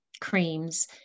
creams